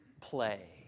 play